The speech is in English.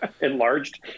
enlarged